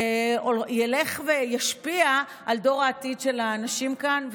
ילך וישפיע על דור העתיד של הנשים כאן.